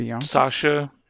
Sasha